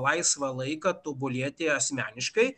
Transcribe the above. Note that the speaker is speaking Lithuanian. laisvą laiką tobulėti asmeniškai